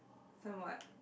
somewhat